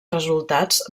resultats